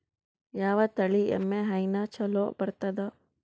ಯಾವ ತಳಿ ಎಮ್ಮಿ ಹೈನ ಚಲೋ ಬರ್ತದ?